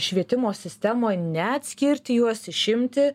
švietimo sistemoj neatskirti juos išimti